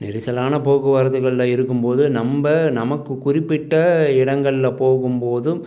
நெரிசலான போக்குவரத்துகளில் இருக்கும் போது நம்ம நமக்கு குறிப்பிட்ட இடங்களில் போகும் போதும்